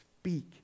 speak